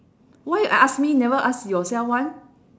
why uh ask me you never ask yourself [one]